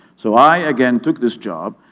so i again took this job,